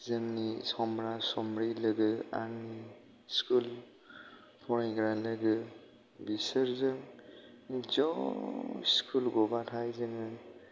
जोंनि समब्रा समब्रि लोगो आंनि स्कुल फरायग्रा लोगो बिसोरजों ज' स्कुल गबाथाय जोङो